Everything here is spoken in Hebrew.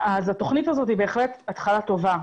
אז התוכנית הזאת היא בהחלט התחלה טובה.